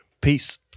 Peace